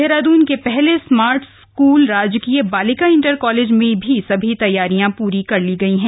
देहरादून के पहले smart school राजकीय बालिका इंटर कॉलेज में भी सभी तैयारियां पूरी कर ली गई हैं